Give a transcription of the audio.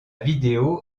vidéo